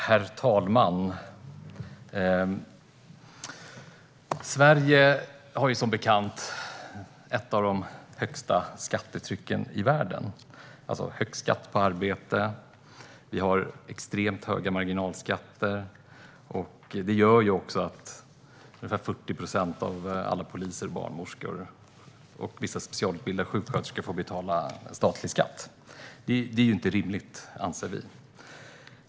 Herr talman! Sverige har som bekant ett av de högsta skattetrycken i världen - högst skatt på arbete. Vi har extremt höga marginalskatter, och det gör att ungefär 40 procent av alla poliser, barnmorskor och vissa specialutbildade sjuksköterskor får betala statlig skatt. Det är inte rimligt, anser vi.